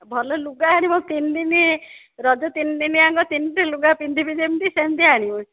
ଭଲ ଲୁଗା ଆଣିବ ତିନି ଦିନ ରଜ ତିନି ଦିନଯାକ ତିନିଟା ଲୁଗା ପିନ୍ଧିବି ଯେମିତି ସେମିତିଆ ଆଣିବ